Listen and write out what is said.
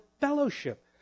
fellowship